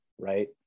right